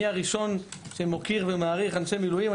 אני הראשון שמוקיר ומעריך אנשי מילואים.